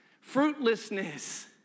fruitlessness